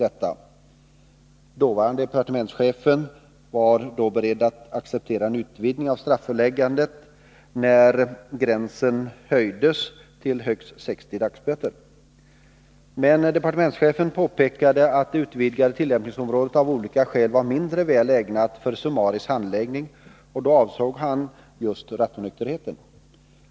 Den dåvarande departementschefen var beredd att acceptera en utvidgning av strafföreläg påpekade emellertid att det utvidgade tillämpningsområdet av olika skäl var mindre väl ägnat för summarisk handläggning och då avsåg han just rattonykterheten.